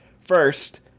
first